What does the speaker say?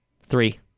Three